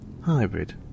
Hybrid